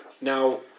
now